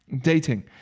dating